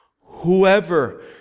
whoever